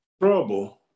trouble